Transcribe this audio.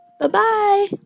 Bye-bye